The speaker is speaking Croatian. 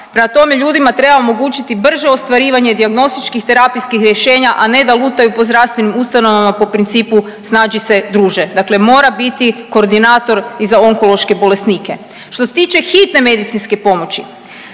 Prema tome, ljudima treba omogućiti brže ostvarivanje dijagnostičkih terapijskih rješenja, a ne da lutaju po zdravstvenim ustanovama po principu snađi se druže, dakle mora biti koordinator i za onkološke bolesnike. Što se tiče hitne medicinske pomoći,